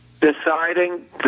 Deciding